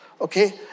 Okay